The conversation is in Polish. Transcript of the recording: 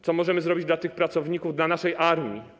Co możemy zrobić dla tych pracowników, dla naszej armii?